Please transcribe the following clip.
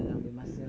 mm